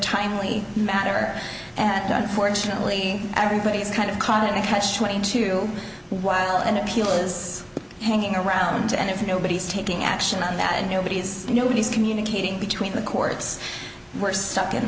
timely matter and unfortunately everybody is kind of caught in a catch twenty two while an appeal is hanging around and if nobody's taking action on that and nobody's nobody's communicating between the courts we're stuck in